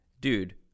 dude